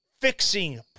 fixing